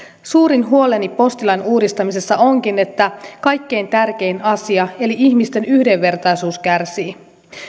suurin huoleni postilain uudistamisessa onkin että kaikkein tärkein asia eli ihmisten yhdenvertaisuus kärsii